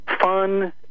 Fun